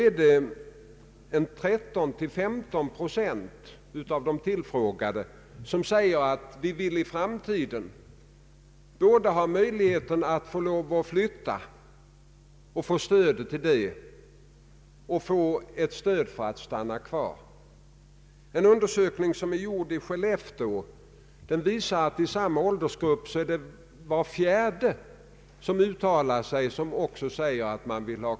Jag vet inte om det är på det sättet, men förmodligen inräknas då i regionalpolitiken åtgärder som vidtagits för att återställa det som förstördes under kriget. Om man inte beaktar att det där föreligger en speciell situation, får man också en felaktig föreställning.